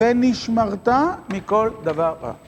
ונשמרת מכל דבר רע.